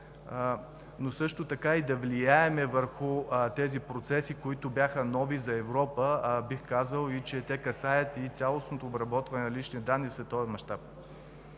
но също така и да влияем върху тези процеси, които бяха нови за Европа. Бих казал, че те касаят и цялостното обработване на личните данни за този мащаб.